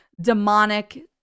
demonic